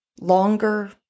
longer